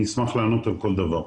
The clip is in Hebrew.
אני אשמח לענות על כל דבר.